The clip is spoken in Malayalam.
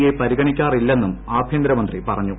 എ പരിഗണിക്കാറില്ലെന്നും ആഭ്യന്തരമന്ത്രി പറഞ്ഞു